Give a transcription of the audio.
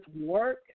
work